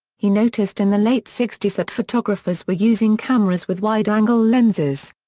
he noticed in the late sixties that photographers were using cameras with wide-angle lenses.